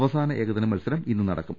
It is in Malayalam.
അവസാന ഏകദിന മത്സരം ഇന്ന് നടക്കും